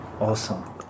Awesome